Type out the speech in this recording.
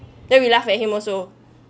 then we laugh at him also